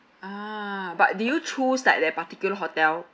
ah but did you choose like that particular hotel